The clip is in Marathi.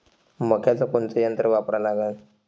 मक्याचं कोनचं यंत्र वापरा लागन?